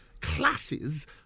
classes